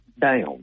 down